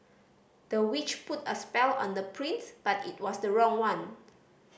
the witch put a spell on the prince but it was the wrong one